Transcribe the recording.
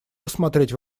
рассмотреть